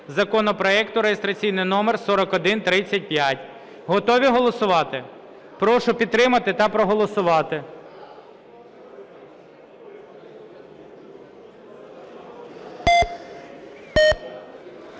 законопроекту реєстраційний номер 4135. Готові голосувати? Прошу підтримати та проголосувати.